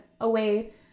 away